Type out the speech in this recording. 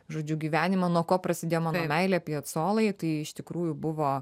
žodžiu gyvenimą nuo ko prasidėjo mano meilė piacolai tai iš tikrųjų buvo